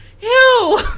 Ew